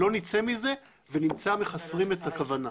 לא נצא מזה, ונצא מחסרים את הכוונה.